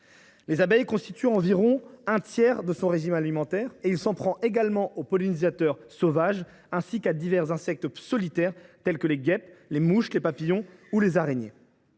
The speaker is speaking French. Les abeilles constituent environ un tiers de son régime alimentaire. Il s’en prend également aux pollinisateurs sauvages, ainsi qu’à divers insectes solitaires tels que les guêpes, les mouches, les papillons ou les araignées.